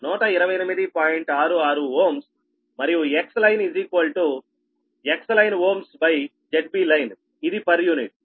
66Ω మరియు Xline XlineΩZBlineఇది per unit